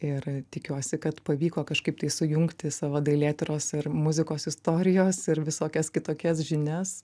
ir tikiuosi kad pavyko kažkaip tai sujungti savo dailėtyros ir muzikos istorijos ir visokias kitokias žinias